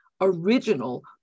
original